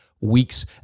week's